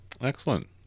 Excellent